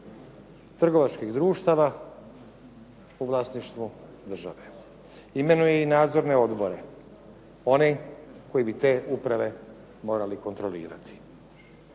trgovačkih društava u vlasništvu države, imenuje i nadzorne odbore, one koji bi te uprave morali kontrolirati.